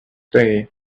day